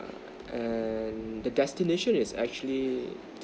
and the destination is actually